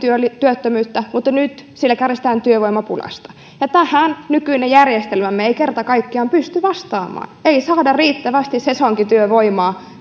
työttömyyttä mutta nyt siellä kärsitään työvoimapulasta ja tähän nykyinen järjestelmämme ei kerta kaikkiaan pysty vastaamaan ei saada riittävästi sesonkityövoimaa